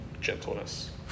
gentleness